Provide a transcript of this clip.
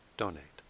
donate